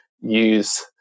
use